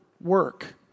work